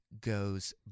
goes